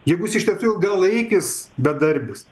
jeigu jis iš tiesų ilgalaikis bedarbis